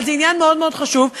אבל זה עניין מאוד מאוד חשוב,